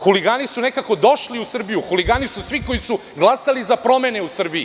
Huligani su nekako došli u Srbiju, huligani su svi koji su glasali za promene u Srbiji.